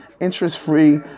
interest-free